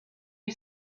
you